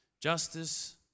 Justice